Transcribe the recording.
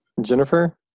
Jennifer